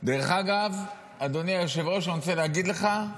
דרך אגב, אדוני היושב-ראש, אני רוצה להגיד לך: